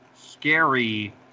scary